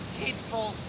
hateful